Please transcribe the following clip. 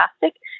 fantastic